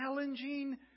challenging